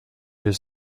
his